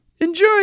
enjoy